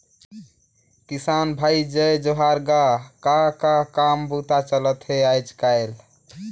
किसान भाई जय जोहार गा, का का काम बूता चलथे आयज़ कायल?